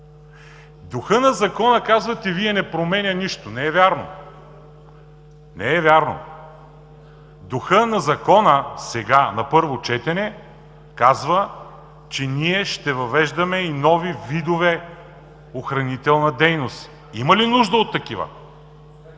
Духът на Закона, казвате Вие, не променя нищо. Не е вярно, не вярно. Духът на Закона сега, на първо четене, казва, че ние ще въвеждаме нови видове охранителна дейност. Има ли нужда от такива?